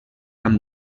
amb